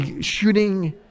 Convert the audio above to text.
shooting